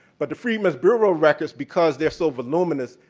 but the freedmen's bureau records, because they're so voluminous,